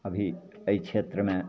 अभी एहि क्षेत्रमे